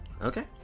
Okay